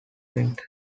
print